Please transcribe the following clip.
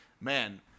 man